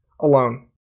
alone